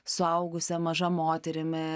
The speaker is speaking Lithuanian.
suaugusia maža moterimi